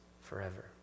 forever